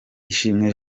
ishimwe